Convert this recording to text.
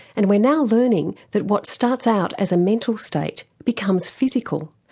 and we're now learning that what starts out as a mental state becomes physical,